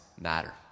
matter